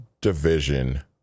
division